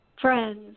friends